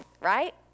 right